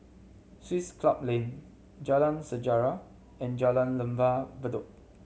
Swiss Club Lane Jalan Sejarah and Jalan Lembah Bedok